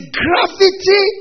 gravity